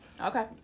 Okay